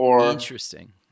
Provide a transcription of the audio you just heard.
Interesting